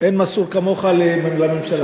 אין מסור כמוך לממשלה.